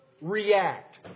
react